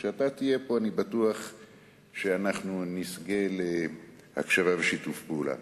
כשאתה תהיה פה נזכה להקשבה ולשיתוף פעולה.